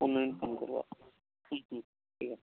অন্য দিন ফোন করব হুম হুম ঠিক আছে